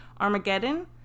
Armageddon